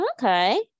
okay